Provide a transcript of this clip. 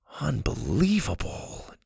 Unbelievable